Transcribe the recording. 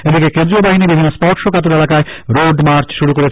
এদিকে কেন্দ্রীয় বাহিনী বিভিন্ন স্পর্শকাতর এলাকায় রোড মার্চ শুরু করেছে